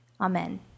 Amen